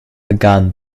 began